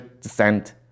descent